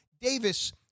Davis